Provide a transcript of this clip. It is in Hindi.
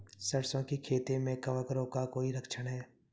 सरसों की खेती में कवक रोग का कोई लक्षण है?